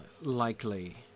likely